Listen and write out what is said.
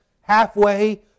halfway